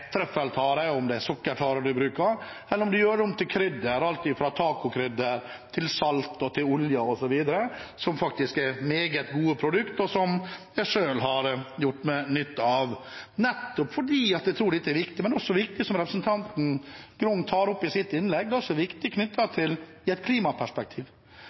om til krydder, alt fra tacokrydder til salt og til oljer osv., som faktisk er meget gode produkter, og som jeg selv har hatt nytte av. Jeg tror dette er viktig, men det er også viktig, slik representanten Grung tar opp i sitt innlegg, i et klimaperspektiv. Derfor er